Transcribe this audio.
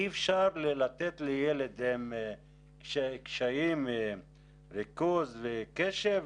אי אפשר לבקש מילד עם קשיי ריכוז וקשב